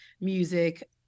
music